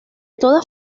todas